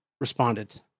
responded